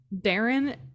Darren